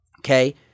okay